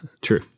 True